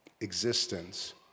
Existence